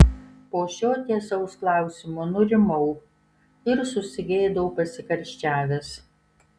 po šio tiesaus klausimo nurimau ir susigėdau pasikarščiavęs